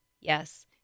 Yes